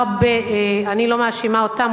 אני לא מאשימה אותם,